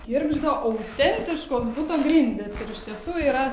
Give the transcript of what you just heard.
girgžda autentiškos buto grindys ir iš tiesų yra